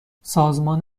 سازمان